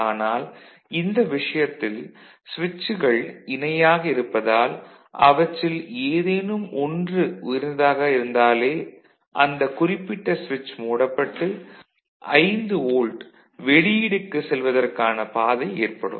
ஆனால் இந்த விஷயத்தில் சுவிட்சுகள் இணையாக இருப்பதால் அவற்றில் ஏதேனும் ஒன்று உயர்ந்ததாக இருந்தாலே அந்த குறிப்பிட்ட சுவிட்ச் மூடப்பட்டு 5 வோல்ட் வெளியீடுக்கு செல்வதற்கான பாதை ஏற்படும்